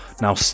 now